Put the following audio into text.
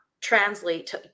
translate